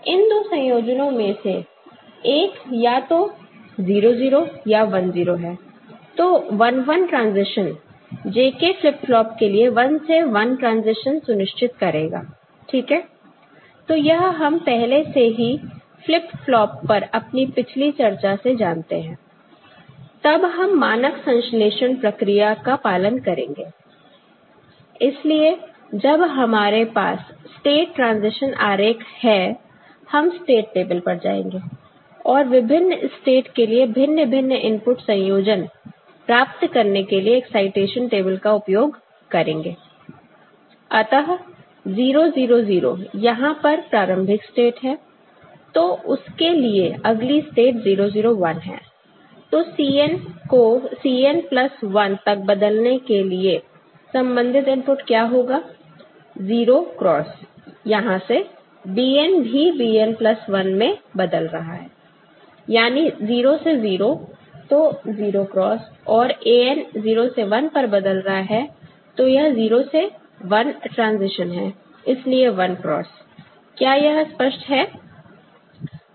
इन दो संयोजनों में से एक या तो 00 या 10 है जो 1 1 transition J K flip flop के लिए 1 से 1 ट्रांज़िशन सुनिश्चित करेगा ठीक है तो यह हम पहले से ही फ्लिप फ्लॉप पर अपनी पिछली चर्चा से जानते हैं तब हम मानक संश्लेषण प्रक्रिया का पालन करेंगे इसलिए जब हमारे पास स्टेट ट्रांजिशन आरेख है हम स्टेट टेबल पर जाएंगे और विभिन्न स्टेट के लिए भिन्न भिन्न इनपुट संयोजन प्राप्त करने के लिए एक्साइटेशन टेबल का उपयोग करेंगे अतः 0 0 0 यहां पर प्रारंभिक स्टेट है तो उसके लिए अगली स्टेट 0 0 1 है तो Cn को Cn प्लस 1 तक बदलने के लिए संबंधित इनपुट क्या होगा 0 क्रॉस यहां सेBn भी Bn प्लस 1 में बदल रहा है यानी 0 से 0 तो 0 क्रॉस और An 0 से 1 पर बदल रहा है तो यह 0 से 1 ट्रांजिशन है इसलिए 1 क्रॉस क्या यह स्पष्ट है